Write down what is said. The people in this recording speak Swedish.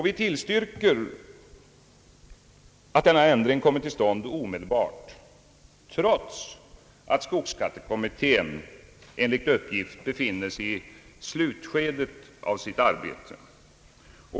Vi tillstyrker att denna ändring kommer till stånd omedelbart, trots att skogsskattekommittén enligt uppgift befinner sig i slutskedet av sitt arbete.